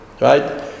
right